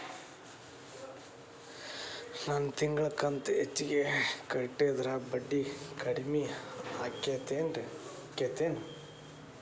ನನ್ ತಿಂಗಳ ಕಂತ ಹೆಚ್ಚಿಗೆ ಕಟ್ಟಿದ್ರ ಬಡ್ಡಿ ಕಡಿಮಿ ಆಕ್ಕೆತೇನು?